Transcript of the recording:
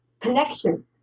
connection